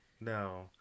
no